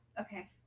Okay